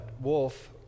Wolf